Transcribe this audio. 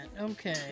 Okay